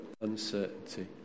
uncertainty